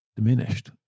diminished